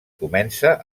comença